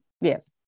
Yes